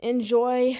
Enjoy